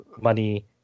money